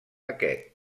aquest